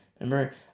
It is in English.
Remember